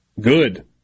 good